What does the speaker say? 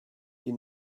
you